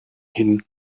hin